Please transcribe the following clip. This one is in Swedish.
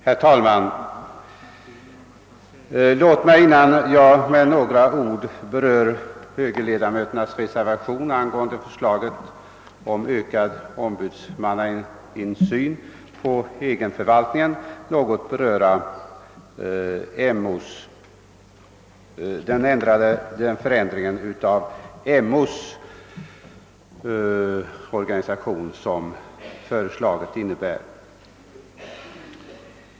Herr talman! Låt mig, innan jag med några ord berör högerledamöternas reservation angående förslaget om ökad ombudsmannainsyn i den kommunala egenförvaltningen, anföra ett par synpunkter på den föreslagna förändringen av MO-institutionens organisation.